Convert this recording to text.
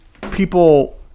people